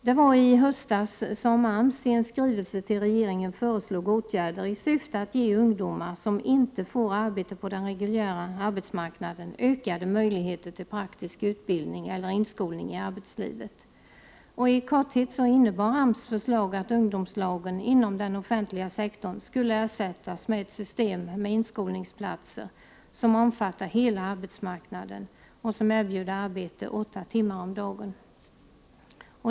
Det var i höstas som AMS i en skrivelse till regeringen föreslog åtgärder i syfte att ge ungdomar som inte får arbete på den reguljära arbetsmarknaden ökade möjligheter till praktisk utbildning eller inskolning i arbetslivet. I korthet innebar AMS förslag att ungdomslageninom den offentliga sektorn skulle ersättas av ett system med inskolningsplatser, som omfattar hela arbetsmarknaden och som erbjuder arbete åtta timmar om dagen.